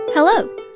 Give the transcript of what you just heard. Hello